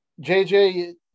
JJ